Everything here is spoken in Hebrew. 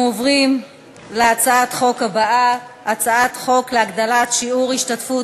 אנחנו עוברים להצעת החוק הבאה: הצעת חוק להגדלת שיעור ההשתתפות